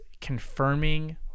confirming